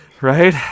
Right